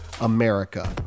America